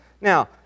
now